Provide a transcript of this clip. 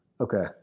Okay